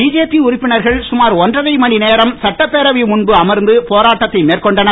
BJP உறுப்பினர்கள் சுமார் ஒன்றரை மணி நேரம் சட்டப்பேரவை ழுன்பு அமர்ந்து போராட்டத்தை மேற்கொண்டனர்